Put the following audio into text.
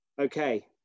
Okay